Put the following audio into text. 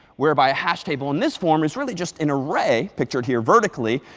whereby a hash table in this form is really just an array, pictured here vertically,